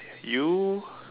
you